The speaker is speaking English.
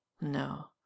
No